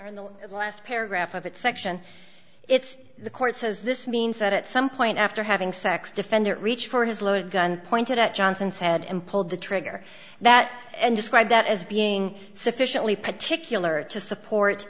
page in the last paragraph of it's section it's the court says this means that at some point after having sex defendant reached for his loaded gun pointed at johnson said and pulled the trigger that and described that as being sufficiently particular to support